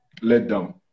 letdown